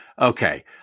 okay